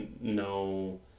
no